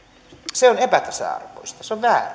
se on epätasa arvoista se on väärin